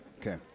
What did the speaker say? Okay